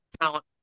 talent